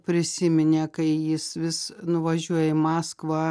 prisiminė kai jis vis nuvažiuoja į maskvą